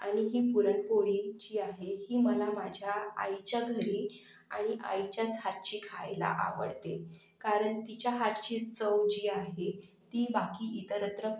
आणि ही पुरणपोळी जी आहे ही मला माझ्या आईच्या घरी आणि आईच्याच हातची खायला आवडते कारण तिच्या हातची चव जी आहे ती बाकी इतरत्र